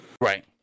Right